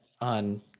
on